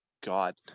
God